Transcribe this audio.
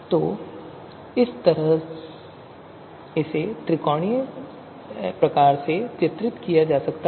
तो इस तरह इसे त्रिकोणीय फैशन में चित्रित किया जा सकता है